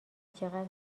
چقدر